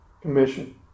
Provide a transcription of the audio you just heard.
commission